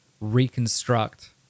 reconstruct